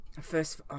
first